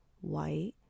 white